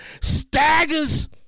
Staggers